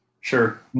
Sure